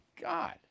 god